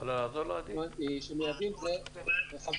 קח בחשבון שמי ששומע אותך לא מכיר את הענף,